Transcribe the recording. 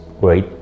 great